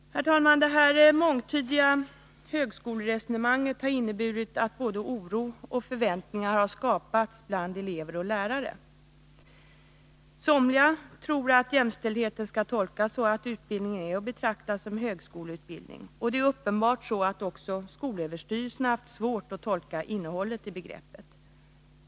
Herr talman! Det mångtydiga högskoleresonemanget har inneburit att både oro och förväntningar har skapats bland elever och lärare. Somliga tror att jämställdheten skall tolkas så, att utbildningen är att betrakta som en högskoleutbildning. Det är uppenbart att även skolöverstyrelsen har haft svårt att tolka innehållet i begreppet.